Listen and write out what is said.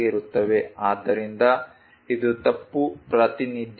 ಆದ್ದರಿಂದ ಇದು ತಪ್ಪು ಪ್ರಾತಿನಿಧ್ಯವಾಗಿದೆ